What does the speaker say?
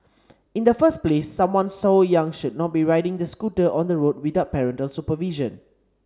in the first place someone so young should not be riding the scooter on the road without parental supervision